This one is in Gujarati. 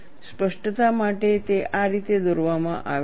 સ્પષ્ટતા માટે તે આ રીતે દોરવામાં આવે છે